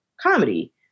comedy